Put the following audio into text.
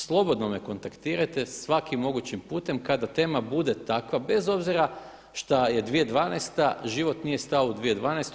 Slobodno me kontaktirajte svakim mogućim putem kada tema bude takva, bez obzira šta je 2012. život nije stao u 2012.